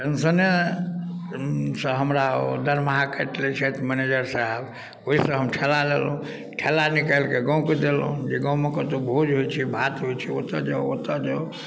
पेन्शनेसँ हमर दरमाहा काटि लै छथि मनेजर साहब ओहिसँ हम ठेला लेलहुँ ठेला निकालिके गामके देलहुँ जे गाममे कतहु भोज होइ छै भात होइ छै ओतऽ जाउ ओतऽ जाउ